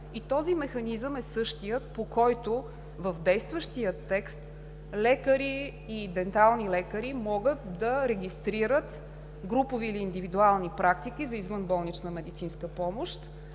Този механизъм е същият, по който, в действащия текст лекари и дентални лекари могат да регистрират групови или индивидуални практики за извънболнична медицинска помощ.